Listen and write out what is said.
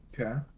Okay